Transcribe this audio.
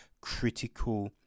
critical